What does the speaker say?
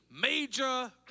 major